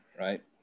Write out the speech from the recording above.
right